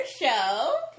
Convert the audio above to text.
show